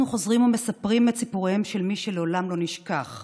אנחנו חוזרים ומספרים את סיפוריהם של מי שלעולם לא נשכח,